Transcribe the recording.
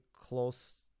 close